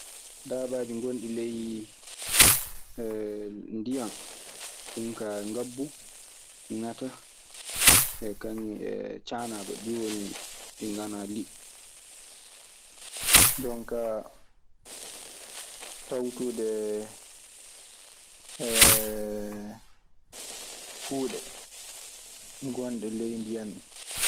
Dabaaji ngonɗi ley ndiyan, kaa ngabbu, ŋata, e kañun e caanaaba. ɗii woni ɗi nganaa liɗɗi. Jonkaa tawtude, kuuɗe gonɗe ley ndiyan ɗii.